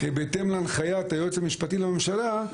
בהתאם להנחיית היועץ המשפטי לממשלה,